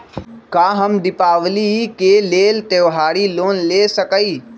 का हम दीपावली के लेल त्योहारी लोन ले सकई?